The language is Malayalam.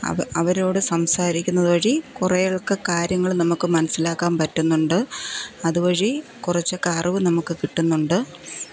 അവ അവരോടു സംസാരിക്കുന്നതു വഴി കുറേയൊക്കെ കാര്യങ്ങൾ നമുക്കു മനസ്സിലാക്കാൻ പറ്റുന്നുണ്ട് അതുവഴി കുറച്ചൊക്കെ അറിവു നമുക്കു കിട്ടുന്നുണ്ട്